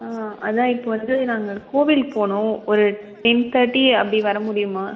ஆ அதுதான் இப்போது வந்து நாங்கள் கோவிலுக்கு போகணும் ஒரு டென் தேட்டி அப்படி வர முடியுமா